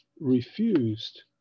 refused